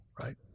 right